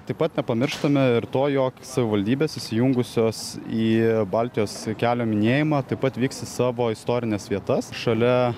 taip pat nepamirštame ir to jog savivaldybės įsijungusios į baltijos kelio minėjimą taip pat vyks į savo istorines vietas šalia